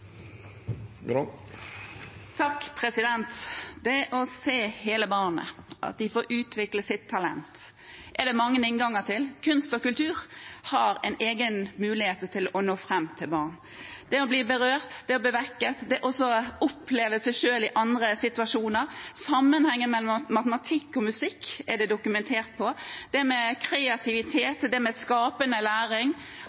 kultur har en egen mulighet til å nå fram til barn. Det å bli berørt, det å bli vekket, det å oppleve seg selv i andre situasjoner, sammenhengen mellom matematikk og musikk er dokumentert, det med kreativitet, det med